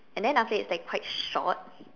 and then after that it's like quite short